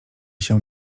się